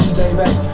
baby